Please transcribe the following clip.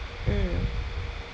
mm